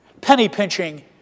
penny-pinching